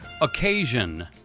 occasion